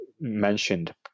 mentioned